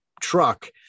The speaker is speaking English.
truck